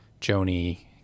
Joni